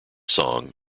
song